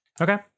Okay